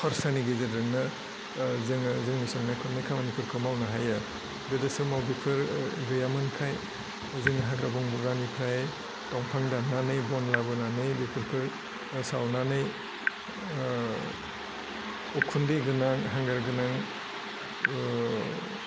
खरसानि गेजेरजोंनो ओह जोङो जोंनि संनाय खावनाय खामानिफोरखौ मावनो हायो गोदो समाव बेफोर गैयामोनखाय जों हाग्रा बंग्रानिफ्राय दंफां दान्नानै बन लाबोनानै बेफोरखौ अर सावनानै ओह उखुन्दै गोनां हांगार गोनां ओह